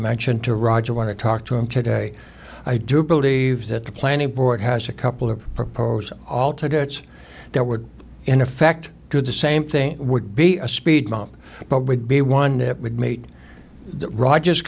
mentioned to roger want to talk to him today i do believe that the planning board has a couple of proposals all to gets there were in effect do the same thing would be a speed bump but would be one that would meet roger